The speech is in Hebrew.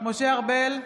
משה ארבל,